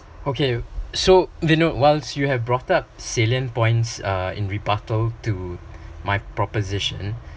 okay so you know while you have brought up salient points uh in rebuttal to my proposition